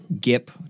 Gip